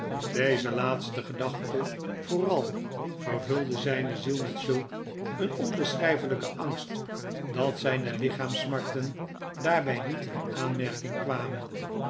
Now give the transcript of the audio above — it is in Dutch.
deze laatste gedachte vooral vervulde zijne ziel met zulk een onbeschrijfelijken angst dat zijne lichaamssmarten daarbij niet in aanmerking kwamen